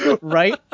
Right